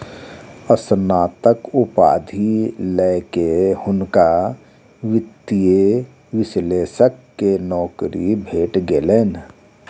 स्नातक उपाधि लय के हुनका वित्तीय विश्लेषक के नौकरी भेट गेलैन